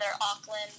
Auckland –